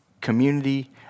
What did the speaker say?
community